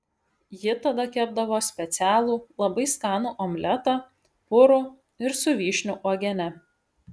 ji tada kepdavo specialų labai skanų omletą purų ir su vyšnių uogiene